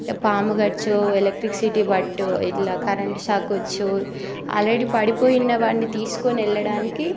పాము కరిచో ఎలక్ట్రిక్సిటీ పట్టో ఇట్లా కరెంట్ షాక్ వచ్చో ఆల్రెడీ పడిపోయి ఉన్నవాడిని తీసుకొని వెళ్ళడానికి